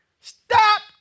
stop